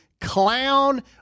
clown